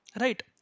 Right